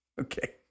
Okay